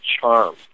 charm